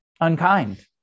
unkind